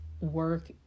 work